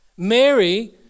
Mary